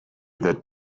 that